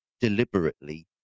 deliberately